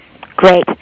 Great